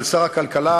של שר הכלכלה,